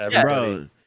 bro